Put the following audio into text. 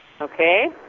okay